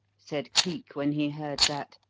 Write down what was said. said cleek when he heard that,